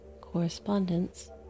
Correspondence